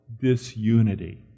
disunity